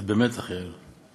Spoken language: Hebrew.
את במתח, יעל.